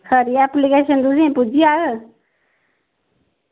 खरी एप्लीकेशन तुसेंगी पुज्जी जाह्ग